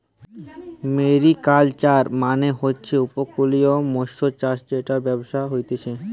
mariculture মানে হচ্ছে উপকূলীয় মৎস্যচাষ জেটার ব্যবসা হতিছে